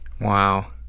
Wow